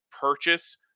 purchase